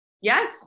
Yes